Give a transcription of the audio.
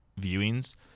viewings